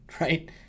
right